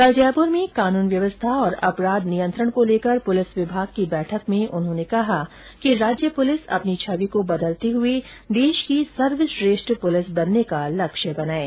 कल जयपुर में कानून व्यवस्था और अपराध नियंत्रण को लेकर पुलिस विभाग की बैठक में उन्होंने कहा कि राज्य पुलिस अपनी छवि को बदलते हुए देश की सर्वश्रेष्ठ पुलिस बनने का लक्ष्य बनायें